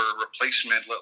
replacement